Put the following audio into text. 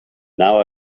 now